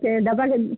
ते डब्बा घे